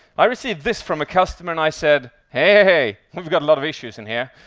i received this from a customer, and i said, hey, we've got a lot of issues in here,